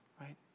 right